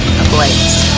ablaze